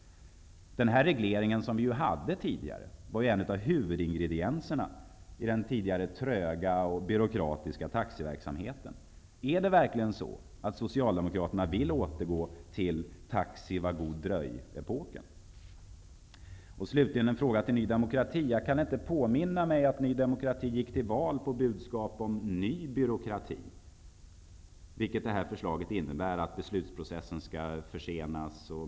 Denna reglering var ju en av huvudingredienserna i den tidigare tröga och byråkratiska taxiverksamheten. Vill verkligen socialdemokraterna att vi återgår till ''taxi var god dröj''-epoken? Slutligen en fråga till Ny demokrati. Jag kan inte påminna mig att Ny demokrati gick till val på budskpat om ''ny byråkrati'', vilket detta förslag innebär. Beslutsprocessen försenas.